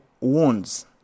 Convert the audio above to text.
wounds